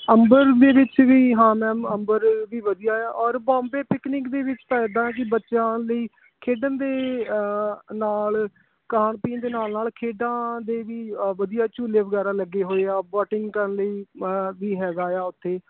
ਅੰਬਰ ਦੇ ਵਿਚ ਵੀ ਹਾਂ ਮੈਮ ਅੰਬਰ ਵੀ ਵਧੀਆ ਆ ਔਰ ਬੋਂਬੇ ਪਿਕਨਿਕ ਦੇ ਵਿਚ ਤਾਂ ਇੱਦਾਂ ਹੈ ਕਿ ਬੱਚਿਆਂ ਲਈ ਖੇਡਣ ਦੇ ਨਾਲ ਖਾਣ ਪੀਣ ਦੇ ਨਾਲ ਨਾਲ ਖੇਡਾਂ ਦੇ ਵੀ ਵਧੀਆ ਝੂਲੇ ਵਗੈਰਾ ਲੱਗੇ ਹੋਏ ਆ ਬੋਟਿੰਗ ਕਰਨ ਲਈ ਵੀ ਹੈਗਾ ਆ ਉੱਥੇ